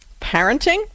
parenting